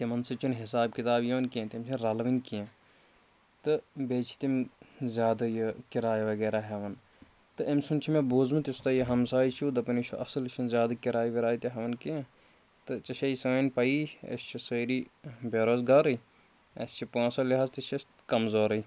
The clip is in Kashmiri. تِمَن سۭتۍ چھُنہٕ حساب کِتاب یِوان کیٚنٛہہ تِم چھِ رَلوٕنۍ کیٚنٛہہ تہٕ بیٚیہِ چھِ تِم زیادٕ یہِ کِراے وغیرہ ہٮ۪وان تہٕ أمۍ سُنٛد چھُ مےٚ بوٗزمُت یُس تۄہہِ یہِ ہَمساے چھُو دَپان یہِ چھُ اَصٕل یہِ چھُنہٕ زیادٕ کِراے وِراے تہِ ہٮ۪وان کیٚنٛہہ تہٕ ژےٚ چھَے سٲنۍ پَیی أسۍ چھِ سٲری بے روزگارٕے اَسہِ چھِ پونٛسو لِحاظ تہِ چھِ أسۍ کَمزورٕے